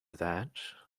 that